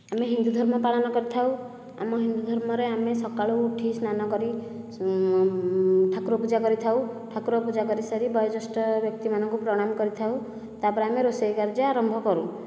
ଆମେ ହିନ୍ଦୁ ଧର୍ମ ପାଳନ କରିଥାଉ ଆମ ହିନ୍ଦୁ ଧର୍ମ ରେ ଆମେ ସକାଳୁ ଉଠି ସ୍ନାନ କରି ଠାକୁର ପୂଜା କରିଥାଉ ଠାକୁର ପୂଜା କରିସାରି ବୟୋଜ୍ୟେଷ୍ଠ ବ୍ୟକ୍ତି ମାନଙ୍କୁ ପ୍ରଣାମ କରିଥାଉ ତାପରେ ଆମେ ରୋଷେଇ କାର୍ଯ୍ୟ ଆରମ୍ଭ କରୁ